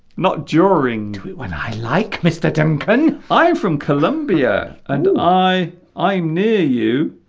not during when i like mr. temple i'm from columbia and i i'm near you